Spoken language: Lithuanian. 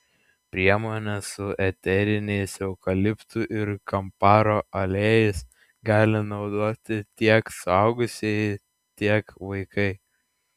priemonę su eteriniais eukaliptų ir kamparo aliejais gali naudoti tiek suaugusieji tiek vaikai